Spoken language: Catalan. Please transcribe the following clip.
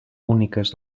úniques